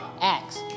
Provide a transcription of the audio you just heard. Acts